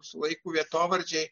su laiku vietovardžiai